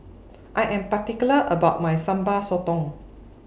I Am particular about My Sambal Sotong